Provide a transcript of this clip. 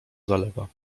zalewa